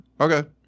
Okay